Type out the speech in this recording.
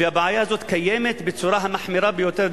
והבעיה הזאת קיימת בצורה המחמירה ביותר,